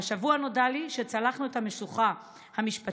והשבוע נודע לי שצלחנו את המשוכה המשפטית,